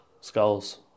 Skulls